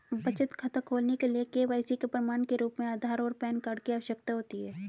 बचत खाता खोलने के लिए के.वाई.सी के प्रमाण के रूप में आधार और पैन कार्ड की आवश्यकता होती है